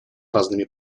разными